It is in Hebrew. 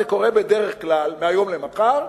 זה קורה בדרך כלל מהיום למחר,